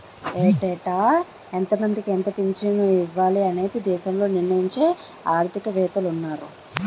ఏటేటా ఎంతమందికి ఎంత పింఛను ఇవ్వాలి అనేది దేశంలో నిర్ణయించే ఆర్థిక వేత్తలున్నారు